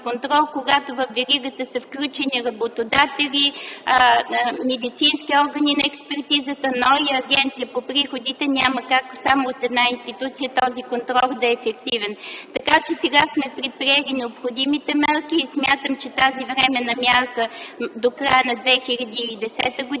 когато във веригата са включени работодатели, медицински органи на експертизата, НОИ и Агенция по приходите, няма как само от една институция този контрол да е ефективен. Сега сме предприели необходимите мерки и смятам, че тази временна мярка до края на 2010 г.